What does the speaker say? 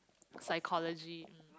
psychology